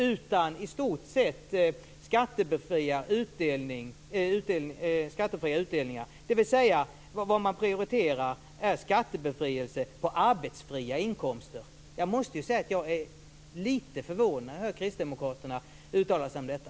Att ta bort dubbelbeskattningen är i stort sett att skattebefria utdelningar. Vad man prioriterar är alltså skattebefrielse på arbetsfria inkomster. Jag måste säga att jag är lite förvånad när jag hör kristdemokraterna uttala sig om detta.